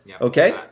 Okay